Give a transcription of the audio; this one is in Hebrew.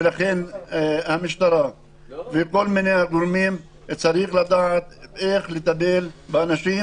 ולכן המשטרה וכל מיני גורמים צריכים לדעת איך לטפל באנשים